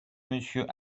monsieur